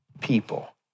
people